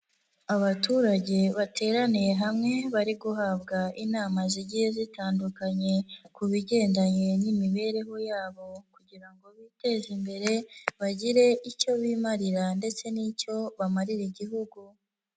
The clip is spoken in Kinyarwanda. Abaturage bateraniye hamwe bari guhabwa inama zigiye zitandukanye, ku bigendanye n'imibereho yabo kugira ngo biteze imbere, bagire icyo bimarira ndetse n'icyo bamarira igihugu.